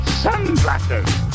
sunglasses